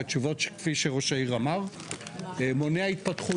והתשובות שכפי שראש העיר אמר מונע התפתחות